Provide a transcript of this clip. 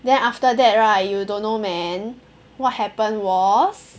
then after that right you don't know man what happened was